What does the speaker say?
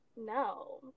no